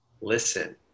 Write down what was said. listen